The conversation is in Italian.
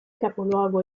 capoluogo